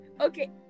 Okay